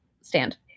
stand